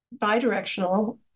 bi-directional